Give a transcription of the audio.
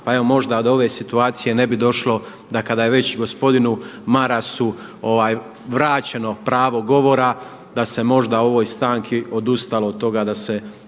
Pa evo možda do ove situacije ne bi došlo da kada je već gospodinu Marasu vraćeno pravo govora da se možda u ovoj stanci odustalo od toga da se